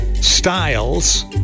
Styles